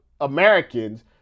Americans